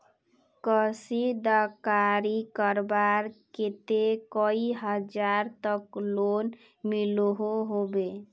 कशीदाकारी करवार केते कई हजार तक लोन मिलोहो होबे?